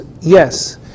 yes